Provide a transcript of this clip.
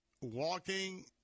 Walking